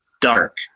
dark